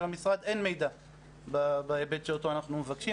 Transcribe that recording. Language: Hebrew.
המשרד שאין מידע בהיבט שאותו אנחנו מבקשים.